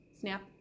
snap